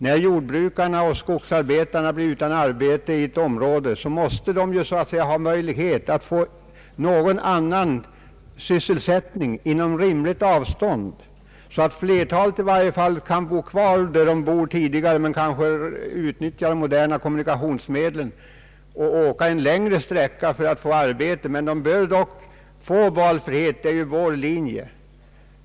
När jordbrukarna och skogsarbetarna blir utan arbete i ett område, måste de ha möjlighet att få annan sysselsättning inom rimligt avstånd, så att i varje fall flertalet kan bo kvar där de bott tidigare, men med hjälp av moderna kommunikationsmedel åka kanske en längre sträcka för att få arbete. Men de bör dock ha valfrihet. Det är vår linje.